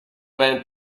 vingt